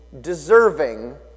deserving